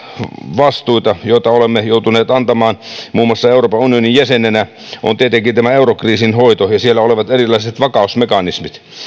vastuita joita olemme joutuneet antamaan muun muassa euroopan unionin jäsenenä on tietenkin eurokriisin hoito ja siellä olevat erilaiset vakausmekanismit yksi